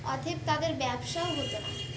অতএব তাদের ব্যবসাও হতো না